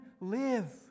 live